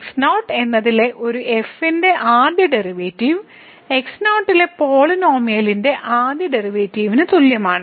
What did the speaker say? x0 എന്നതിലെ ഒരു എഫിന്റെ ആദ്യ ഡെറിവേറ്റീവ് x0 ലെ പോളിനോമിയലിന്റെ ആദ്യ ഡെറിവേറ്റീവിന് തുല്യമാണ്